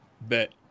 Bet